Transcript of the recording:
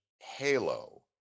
Halo